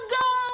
go